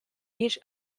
each